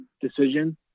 decision